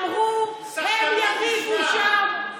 במשך שנים אמרו: הם יריבו שם,